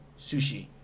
sushi